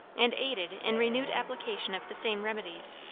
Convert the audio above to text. and aided in renewed application of the same remedies.